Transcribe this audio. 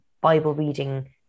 Bible-reading